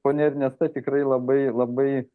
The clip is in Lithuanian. ponia ernesta tikrai labai labai